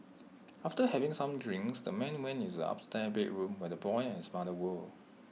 after having some drinks the man went into the upstairs bedroom where the boy and his mother were